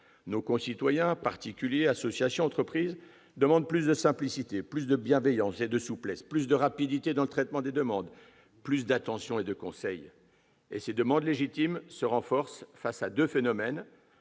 nos concitoyens- particuliers, associations et entreprises -demandent plus de simplicité, plus de bienveillance et de souplesse, plus de rapidité dans le traitement des demandes, plus d'attention et de conseil. Au reste, ces demandes légitimes se renforcent face à deux phénomènes